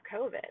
COVID